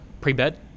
pre-bed